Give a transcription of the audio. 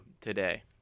today